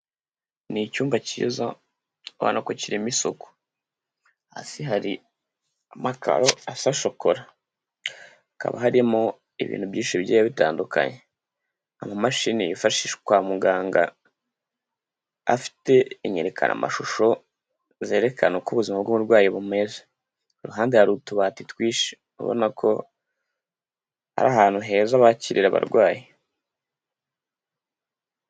Ni icyumba cyiza, ubonako kirimo isuku. Hasi hari amakaro asa shokora. Hakaba harimo ibintu byinshi bigiye bitandukanye. Amamashini yifashishwa kwa muganga afite inyerekanamashusho zerekana uko ubuzima bw'uburwayi bumeze. Iruhande hari utubati twinshi, urabonako ari ahantu heza bakirira abarwayi.